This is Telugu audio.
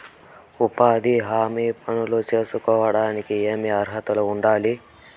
ఉపాధి హామీ పనులు సేసుకోవడానికి ఏమి అర్హత ఉండాలి?